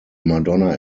madonna